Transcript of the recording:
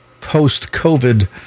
post-COVID